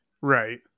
Right